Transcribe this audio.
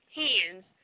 hands